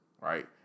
right